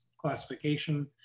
classification